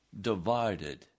divided